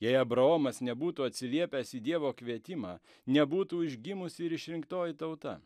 jei abraomas nebūtų atsiliepęs į dievo kvietimą nebūtų užgimus ir išrinktoji tauta